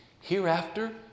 hereafter